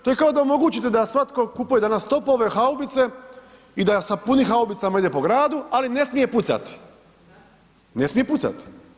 To je kao da omogućite da svatko kupuje danas topove, haubice i da sa punim haubicama ide po gradu ali ne smije pucati, ne smije pucati.